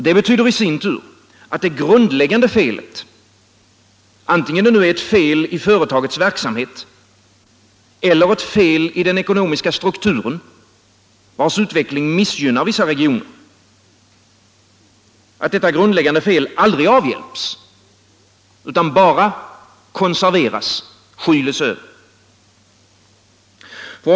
Det betyder i sin tur att det grundläggande felet — antingen det nu är ett fel i företagets verksamhet eller ett fel i den ekonomiska strukturen, vars utveckling missgynnar vissa regioner — aldrig avhjälps utan bara konserveras och skyls över.